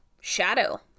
shadow